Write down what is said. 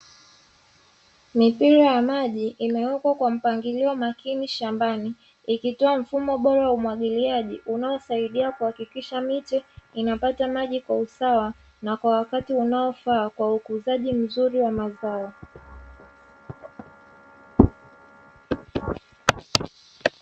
Mipira ya maji iliyowekwa kwa mpangilio makini shambani, ikitoa mfumo bora wa umwagiliaji unaosaidia kuhakikisha miti inapata maji kwa usawa na kwa wakati unaofaa kwa ukuzaji mzuri wa mazao.